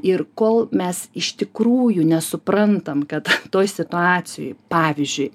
ir kol mes iš tikrųjų nesuprantam kad toj situacijoj pavyzdžiui